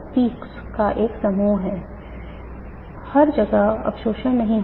इस अक्ष हैं